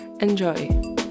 Enjoy